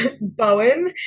Bowen